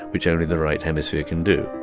which only the right hemisphere can do